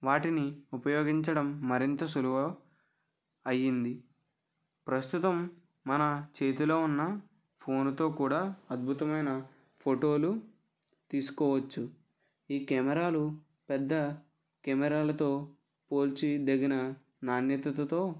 వాటిని ఉపయోగించడం మరింత సులువు అయ్యింది ప్రస్తుతం మన చేతిలో ఉన్న ఫోన్తో కూడా అద్భుతమైన ఫోటోలు తీసుకోవచ్చు ఈ కెమెరాలు పెద్ద కెమెరాలతో పోల్చదగిన నాణ్యతతో